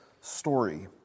story